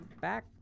back